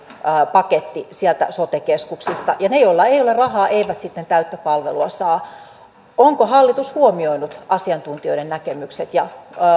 paketti sieltä sote keskuksista ja ne joilla ei ole rahaa eivät sitten täyttä palvelua saa onko hallitus huomioinut asiantuntijoiden näkemykset ja